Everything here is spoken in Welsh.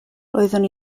roeddwn